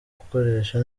gukoresha